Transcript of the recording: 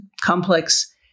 complex